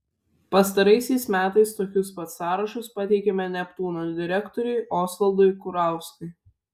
pastaraisiais metais tokius pat sąrašus pateikiame neptūno direktoriui osvaldui kurauskui